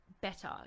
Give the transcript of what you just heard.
better